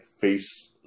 face